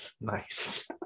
Nice